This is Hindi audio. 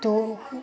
तो